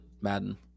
Madden